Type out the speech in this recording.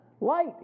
Light